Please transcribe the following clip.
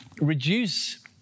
reduce